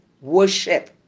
Worship